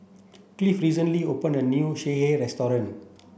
Cliff recently opened a new Sireh restaurant